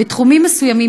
בתחומים מסוימים,